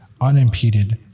unimpeded